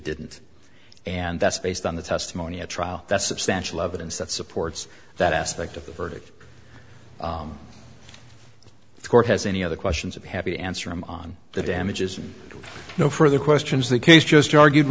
didn't and that's based on the testimony at trial that's substantial evidence that supports that aspect of the verdict the court has any other questions of happy answer him on the damages and no further questions the case just argued